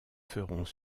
feront